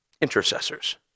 intercessors